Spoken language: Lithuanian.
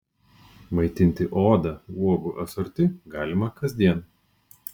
maitinti odą uogų asorti galima kasdien